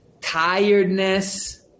tiredness